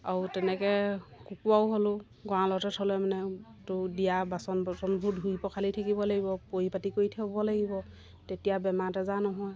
আৰু তেনেকৈ কুকুৰাও হ'লেও গঁড়ালতে থ'লে মানে তো দিয়া বাচন বৰ্তনবোৰ ধুই পখালি থাকিব লাগিব পৰিপাতি কৰি থ'ব লাগিব তেতিয়া বেমাৰ আজাৰ নহয়